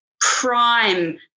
prime